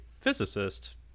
physicist